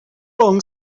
long